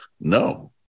no